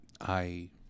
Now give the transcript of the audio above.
I-